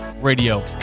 Radio